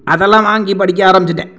அதெல்லாம் வாங்கி படிக்க ஆரமிச்சிவிட்டேன்